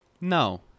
No